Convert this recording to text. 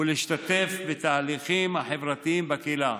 ולהשתתף בתהליכים החברתיים בקהילה.